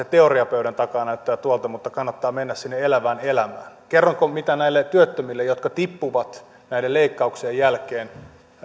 teoriapöydän takaa näyttää tuolta mutta kannattaa mennä sinne elävään elämään kerronko mitä näille työttömille jotka tippuvat näiden leikkauksien jälkeen